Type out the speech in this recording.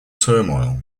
turmoil